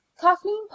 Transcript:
kathleen